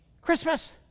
Christmas